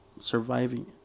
Surviving